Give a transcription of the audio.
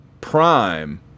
prime